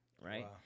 Right